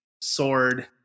sword